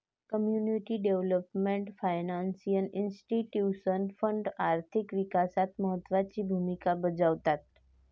community development financial institution fund आर्थिक विकासात महत्त्वाची भूमिका बजावते